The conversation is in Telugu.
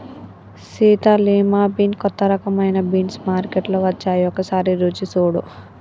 సీత లిమా బీన్ కొత్త రకమైన బీన్స్ మార్కేట్లో వచ్చాయి ఒకసారి రుచి సుడు